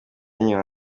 mwanya